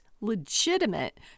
legitimate